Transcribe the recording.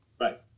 Right